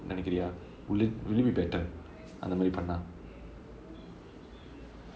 நினைக்கிறையா:ninaikiraiya will it will it be better அந்த மாதிரி பண்ண:antha maathiri panna